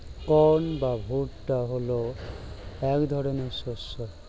corn বা ভুট্টা হলো এক ধরনের শস্য